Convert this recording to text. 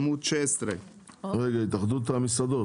עמ' 16. מה עם התאחדות המסעדות?